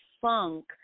funk